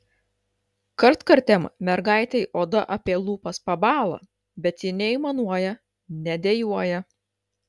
kartkartėm mergaitei oda apie lūpas pabąla bet ji neaimanuoja nedejuoja